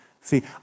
See